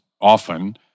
often